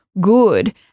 good